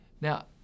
Now